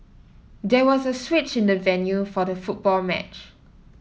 there was a switch in the venue for the football match